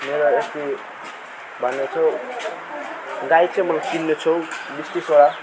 मेरा यति भन्ने छु गाई चाहिँ मलाई चिन्दछु बिस तिसवटा